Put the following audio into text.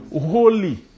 holy